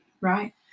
Right